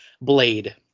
Blade